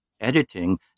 editing